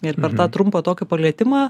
ir per tą trumpą tokį palietimą